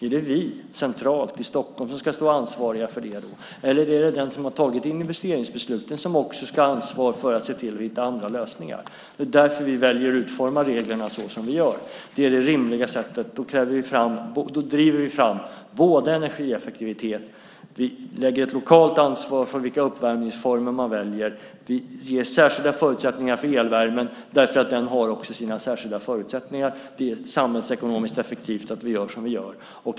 Är det då vi centralt i Stockholm som ska stå ansvariga för det, eller är det den som har tagit investeringsbesluten som också ska ha ansvar för att se till att hitta andra lösningar? Det är därför vi väljer att utforma reglerna så som vi gör. Det är det rimliga sättet. Då driver vi fram energieffektivitet. Vi lägger ett lokalt ansvar för vilka uppvärmningsformer man väljer. Vi ger särskilda förutsättningar för elvärmen därför att den också har sina särskilda förutsättningar. Det är samhällsekonomiskt effektivt att vi gör som vi gör.